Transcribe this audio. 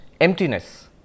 emptiness